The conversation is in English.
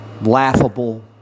laughable